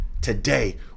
today